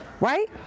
Right